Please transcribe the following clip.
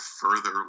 further